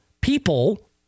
people